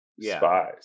Spies